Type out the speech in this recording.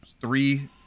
three